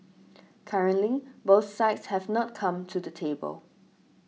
currently both sides have not come to the table